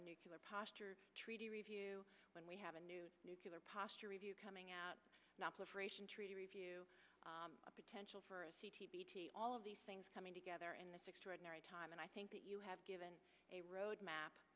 a nuclear posture treaty review when we have a new nuclear posture review coming out not liberation treaty review a potential for a c t bt all of these things coming together in this extraordinary time and i think that you have given a roadmap